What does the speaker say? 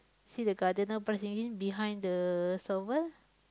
see the gardener brush in green behind the shovel